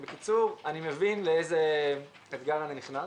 בקיצור, אני מבין לאיזה אתגר אני נכנס.